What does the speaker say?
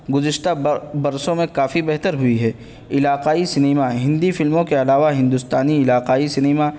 گزشتہ برسوں میں کافی بہتر ہوئی ہے علاقائی سنیما ہندی فلموں کے علاوہ ہندوستانی علاقائی سنیما